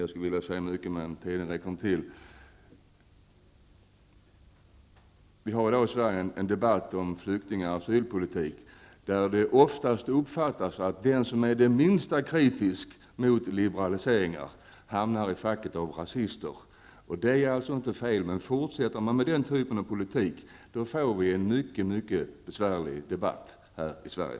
Egentligen har jag mycket att säga, men taletiden räcker inte till för att ta upp alla saker. Vi har i dag i Sverige en debatt om flyktingar och om asylpolitik. Minsta lilla kritik mot liberaliseringar gör att man placeras i facket rasister. Det är väl inte fel att kritisera. Men fortsätter man med den typen av politik blir debatten mycket besvärlig här i Sverige.